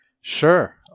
Sure